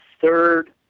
third